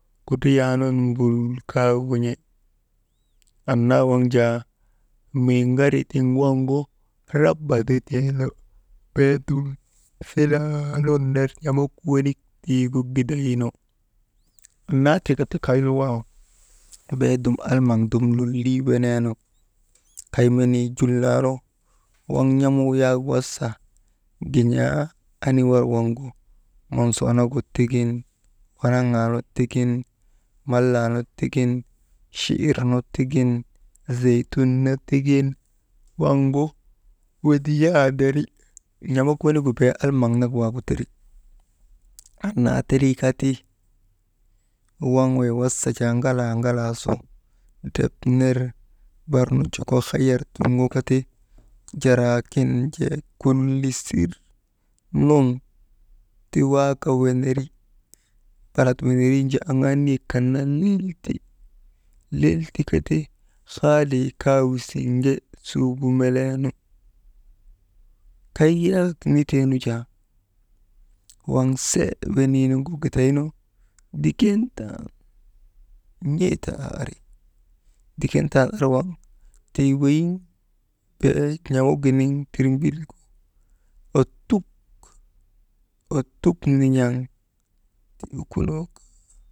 Kudriyaa nun mbul kaa wun̰i, annaa waŋ jaa mii ŋaritiŋ waŋgu raba zitee nu, beedum silaa nun ner n̰amuk wenik tiigu dum gidaynu, annaa tika ti kay nu waŋ beedum almaŋ dum lolii weneenu, kay menii jul naa nu waŋ n̰amuu yak wasa gin̰aa aniwar waŋgu monsoonogu tigin, wanaŋaanu tigin, mallaa nu tigin chiir nu tigin, zeytun nu tigin waŋgu widiyanderi n̰amuk wenigu bee almaŋ nak waagu teri, annaa terii kati waŋ wey wasa ŋalaa, ŋalaa su, ndrep ner barnu joko hayar turŋoka ti, jaraakin jee kulisir nun ti waaka weneri, balat wenerin jaa aŋaa niyek kan naa lel ti, haalii kaa wisiŋge suugu meleenu, kay yak nitee nu jaa waŋ se weniinu gidaynu, diken tan n̰e ta aa ari, diken tan ar waŋ tii weyiŋ bee n̰amuginiŋ tirmbil bee ottuk nin̰aŋ ti ukunoo kaa.